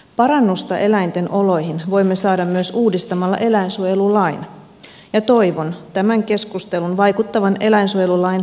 parannusta eläinten oloihin voimme saada myös uudistamalla eläinsuojelulain ja toivon tämän keskustelun vaikuttavan eläinsuojelulain kokonaisuudistukseen